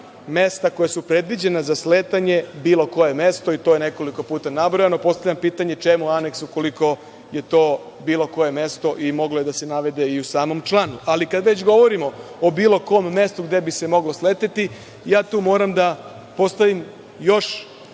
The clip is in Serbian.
mesta koja su predviđena za sletanje, bilo koje mesto, i to je nekoliko puta nabrojano. Postavljam pitanje - čemu aneks ukoliko je to bilo koje mesto i moglo je da se navede i u samom članu? Ali, kada već govorimo o bilo kom mestu gde bi se moglo sleteti, ja tu moram da postavim još